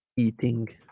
eating